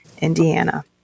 Indiana